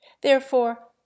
Therefore